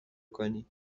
کنی